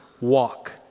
walk